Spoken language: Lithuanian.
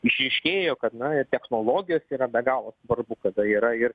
išryškėjo kad na ir technologijos yra be galo svarbu kada yra ir